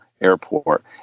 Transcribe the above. Airport